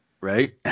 Right